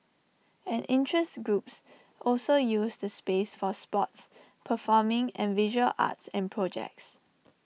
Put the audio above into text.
and interest groups also use the space for sports performing and visual arts and projects